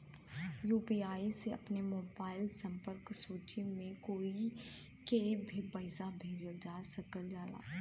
UPI से अपने mobile संपर्क सूची में कोई के भी पइसा भेजल जा सकल जाला